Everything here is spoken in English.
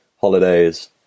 holidays